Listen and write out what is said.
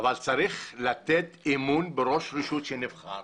אבל צריך לתת אמון בראש רשות נבחר